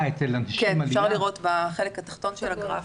אפשר לראות בחלק התחתון של הגרף.